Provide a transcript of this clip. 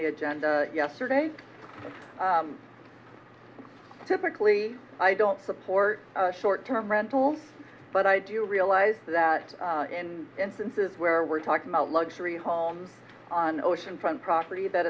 the agenda yesterday typically i don't support short term rentals but i do realize that in instances where we're talking about luxury homes on ocean front property that